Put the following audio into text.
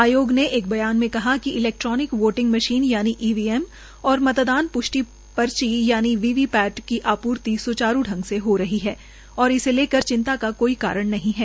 आयोग ने एक बयान में कहा कि इलोक्ट्रोनिक वोटिंग मशीन यानि ईवीएम और मतदान प्ष्ठि पर्ची यानि वी वी पैट की आपूर्ति स्चारू ढंग से हो रही है और इसे लेकर चिंता का कोई कारण नहीं है